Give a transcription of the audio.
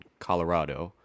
Colorado